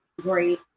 Great